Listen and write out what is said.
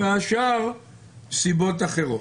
מסיבות אחרות.